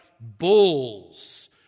bulls